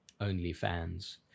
OnlyFans